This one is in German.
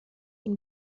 ihn